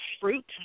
fruit